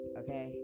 okay